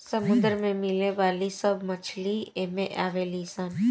समुंदर में मिले वाली सब मछली एमे आवे ली सन